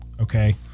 okay